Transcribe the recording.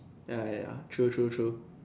ya ya ya true true true